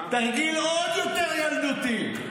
תרגיל עוד יותר ילדותי.